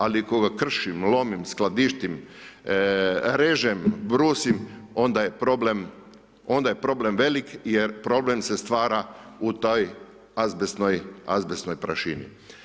Ali ako ga kršim, lomim, skladištim, režem, brusim onda je problem velik jer problem se stvara u toj azbestnoj prašini.